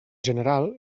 general